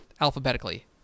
alphabetically